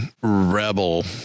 rebel